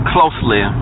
Closely